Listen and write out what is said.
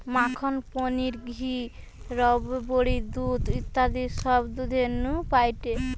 মাখন, পনির, ঘি, রাবড়ি, দুধ ইত্যাদি সব দুধের নু পায়েটে